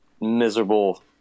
miserable